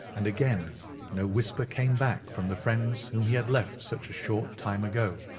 and again no whisper came back from the friends whom he had left such a short time ago.